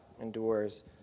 endures